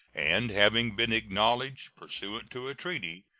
and having been acknowledged, pursuant to a treaty,